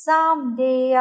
Someday